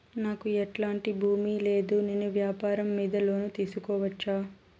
నాకు ఎట్లాంటి భూమి లేదు నేను వ్యాపారం మీద లోను తీసుకోవచ్చా?